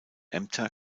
ämter